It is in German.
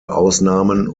ausnahmen